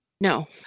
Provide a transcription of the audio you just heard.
No